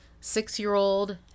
six-year-old